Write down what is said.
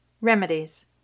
Remedies